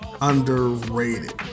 underrated